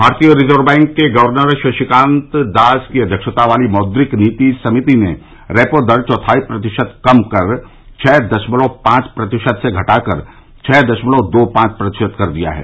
भारतीय reserve bank के governor Shaktikanta Das की अव्यक्षता वाली मौद्रिक नीति समिति ने रेपो दर चौथाई प्रतिशत कम कर छः दशमलव पांचः प्रतिशत से घटाकर छः दशमलव दो पांच प्रतिशत कर दी है